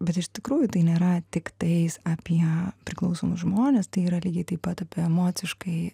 bet iš tikrųjų tai nėra tiktais apie priklausomus žmones tai yra lygiai taip pat apie emociškai